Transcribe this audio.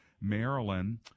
Maryland